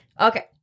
Okay